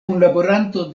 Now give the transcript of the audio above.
kunlaboranto